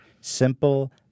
Simple